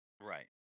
Right